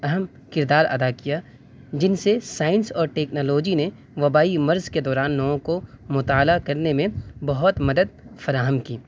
اہم کردار ادا کیا جن سے سائنس اور ٹیکنالوجی نے وبائی مرض کے دوران لوگوں کو مطالعہ کرنے میں بہت مدد فراہم کی